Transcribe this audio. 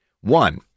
One